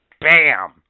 BAM